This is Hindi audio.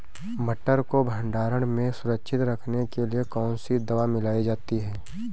मटर को भंडारण में सुरक्षित रखने के लिए कौन सी दवा मिलाई जाती है?